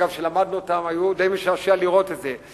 אגב, כשלמדנו אותן היה די משעשע לראות את זה.